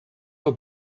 were